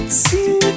see